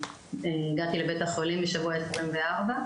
הגעתי לבית החולים בשבוע 24,